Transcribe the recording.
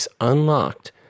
unlocked